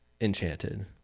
enchanted